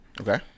Okay